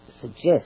suggest